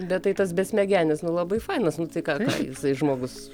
bet tai tas besmegenis nu labai fainas nu tai ką jisai žmogus